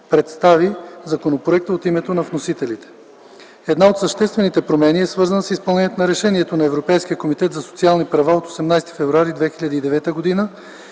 представи законопроекта от името на вносителите. Една от съществените промени е свързана с изпълнение на решението на Европейския комитет за социални права от 18 февруари 2009 г. и